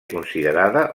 considerada